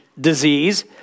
disease